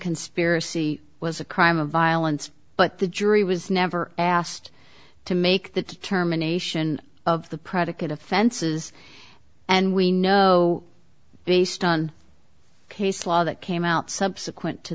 conspiracy was a crime of violence but the jury was never asked to make that determination of the predicate offenses and we know based on case law that came out subsequent to